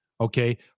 Okay